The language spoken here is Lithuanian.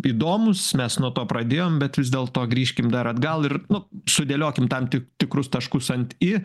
įdomūs mes nuo to pradėjom bet vis dėlto grįžkim dar atgal ir nu sudėliokim tam ti tikrus taškus ant i